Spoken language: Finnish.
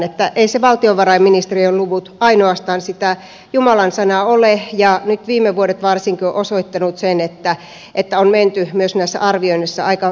eivät ne valtiovarainministeriön luvut ainoastaan sitä jumalan sanaa ole ja nyt viime vuodet varsinkin ovat osoittaneet sen että on menty näissä arvioinneissa aika paljonkin pieleen